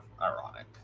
ironic